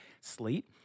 slate